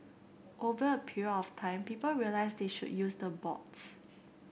over a period of time people realise they should use the boards